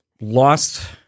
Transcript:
lost